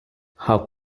how